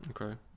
Okay